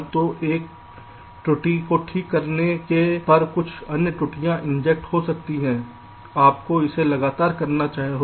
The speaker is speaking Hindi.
तो एक त्रुटि को ठीक करने के पर कुछ अन्य त्रुटि इंजेक्ट हो सकती है आपको इसे लगातार करना होगा